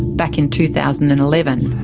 back in two thousand and eleven.